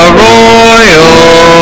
royal